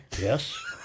Yes